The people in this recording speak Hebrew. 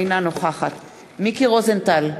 אינה נוכחת מיקי רוזנטל,